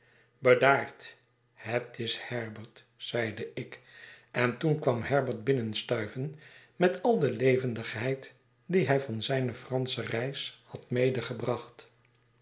bedaard het is herbert zeide ik en toen kwam herbert binnenstuiven met al de levendigheid die hij van zijne fransche reis had